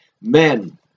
men